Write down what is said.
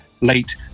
late